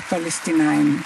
לפלסטינים.